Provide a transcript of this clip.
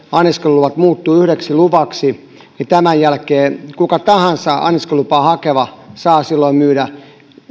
anniskeluluvat muuttuvat yhdeksi luvaksi niin tämän jälkeen kuka tahansa anniskelulupaa hakeva saa myydä